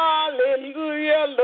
Hallelujah